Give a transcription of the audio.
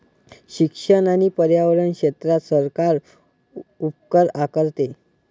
शिक्षण आणि पर्यावरण क्षेत्रात सरकार उपकर आकारते